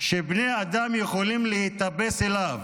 שבני אדם יכולים להיתפס אליו,